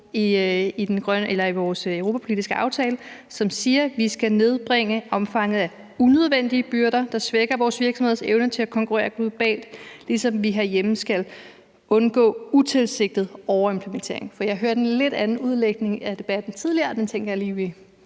i vores europapolitiske aftale, som siger, at vi skal nedbringe omfanget af unødvendige byrder, der svækker vores virksomheders evne til at konkurrere globalt, ligesom vi herhjemme skal undgå utilsigtet overimplementering. For jeg hørte en lidt anden udlægning af debatten tidligere, så jeg vil lige give